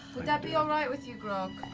would that be all right with you, grog?